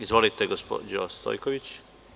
Izvolite gospođo Stojković.